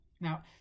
Now